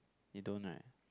you don't right